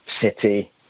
City